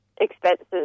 expenses